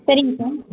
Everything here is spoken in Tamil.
சரிங்க சார்